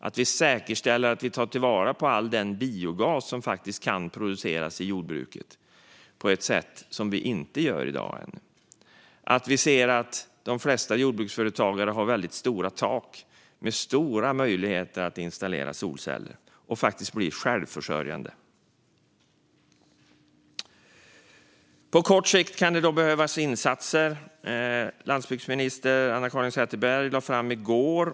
Vi måste säkerställa att vi tar till vara all den biogas som faktiskt kan produceras i jordbruket på ett sätt vi inte gör i dag. Vi ser också att de flesta jordbruksföretagare har väldigt stora tak och stora möjligheter att installera solceller och faktiskt bli självförsörjande på el. På kort sikt kan det behövas insatser. Landsbygdsminister Anna-Caren Sätherberg lade i går fram förslag.